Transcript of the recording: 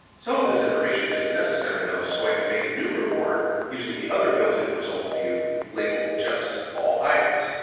some of this information isn't necessary, though, so i can make a new report using the other built-in results view labeled just all items,